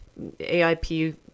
AIP